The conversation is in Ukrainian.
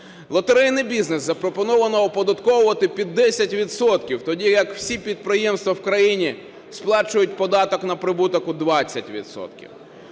Лотерейний бізнес запропоновано оподатковувати під 10 відсотків, тоді як всі підприємства в країні сплачують податок на прибуток у 20